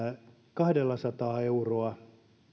kahdellasadalla eurolla